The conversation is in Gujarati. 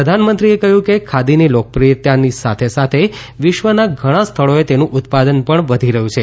પ્રધાનમંત્રીએ કહ્યું કે ખાદીની લોકપ્રિયતાની સાથે સાથે વિશ્વના ઘણા સ્થળોએ તેનું ઉત્પાદન પણ વધી રહ્યું છે